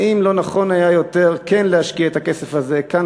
האם לא נכון היה יותר כן להשקיע את הכסף הזה כאן